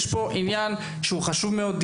יש פה עניין שהוא חשוב מאוד.